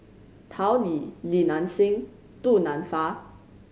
Tao Li Li Nanxing Du Nanfa